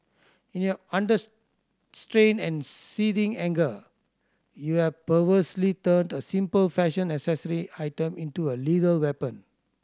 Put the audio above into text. in your and seething anger you have perversely turned a simple fashion accessory item into a lethal weapon